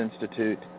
Institute